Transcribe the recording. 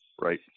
right